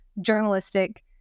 journalistic